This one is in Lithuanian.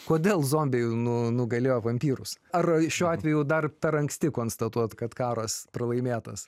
kodėl zombiai nu nugalėjo vampyrus ar šiuo atveju dar per anksti konstatuot kad karas pralaimėtas